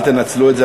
אל תנצלו את זה,